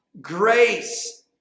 grace